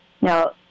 Now